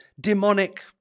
demonic